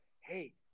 Hey